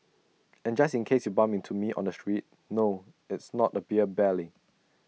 also just in case you bump into me on the streets no it's not A beer belly